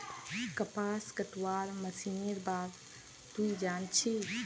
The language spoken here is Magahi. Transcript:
कपास कटवार मशीनेर बार तुई जान छि